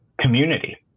community